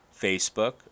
Facebook